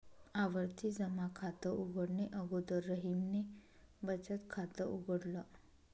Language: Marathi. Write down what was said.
आवर्ती जमा खात उघडणे अगोदर रहीमने बचत खात उघडल